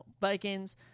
Vikings